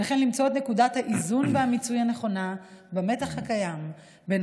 וכן למצוא את נקודת האיזון והמיצוי הנכונה במתח הקיים בין